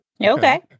okay